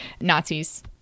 Nazis